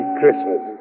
Christmas